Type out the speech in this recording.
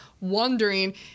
wondering